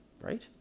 right